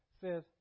Says